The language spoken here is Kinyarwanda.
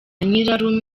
nyirarume